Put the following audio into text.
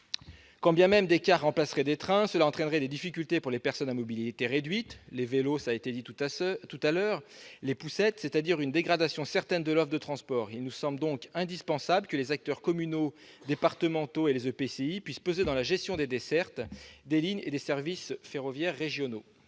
Quand bien même des cars remplaceraient des trains, cela créerait des difficultés pour les personnes à mobilité réduite, les cyclistes- cela a été évoqué tout à l'heure -et les poussettes, c'est-à-dire une dégradation certaine de l'offre de transport. Il nous semble donc indispensable que les acteurs communaux et départementaux, ainsi que les EPCI puissent peser dans la gestion des dessertes, des lignes et des services ferroviaires régionaux.